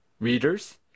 Readers